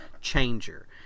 changer